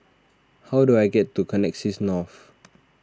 how do I get to Connexis North